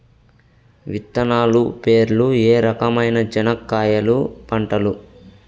విత్తనాలు పేర్లు ఏ రకమైన చెనక్కాయలు పంటలు?